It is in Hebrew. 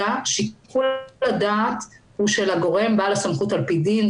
שיקול הדעת הוא של הגורם בעל הסמכות על פי דין.